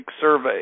survey